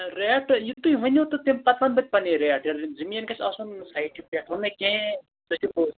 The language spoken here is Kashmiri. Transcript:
ریٹہ یہِ تُہۍ ؤنِو تہٕ تَمہِ پتہٕ ونہٕ بہٕ تہِ پنٕنۍ ریٹ زٔمیٖن گژھِ آسُن سایٹہِ پٮ۪ٹھ ہُہ نہٕ کینٛہہ